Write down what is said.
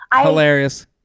Hilarious